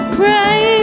pray